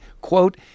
quote